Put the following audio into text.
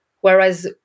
Whereas